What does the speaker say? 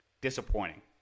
disappointing